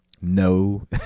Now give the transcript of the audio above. No